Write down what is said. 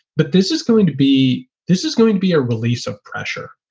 but this is going to be this is going to be a release of pressure.